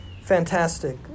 fantastic